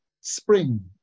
spring